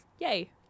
yay